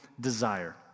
desire